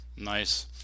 Nice